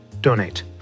donate